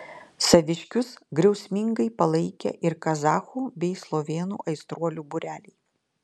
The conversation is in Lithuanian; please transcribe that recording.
saviškius griausmingai palaikė ir kazachų bei slovėnų aistruolių būreliai